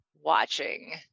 watching